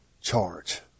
charge